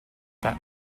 that